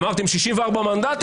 אמרתם 64 מנדטים,